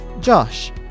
Josh